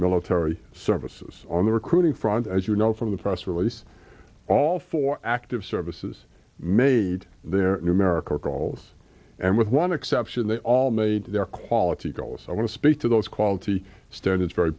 military services on the recruiting front as you know from the press release all four active services made their numerical calls and with one exception they all made their quality goals i want to speak to those quality standards very